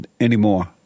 Anymore